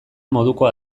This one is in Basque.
modukoa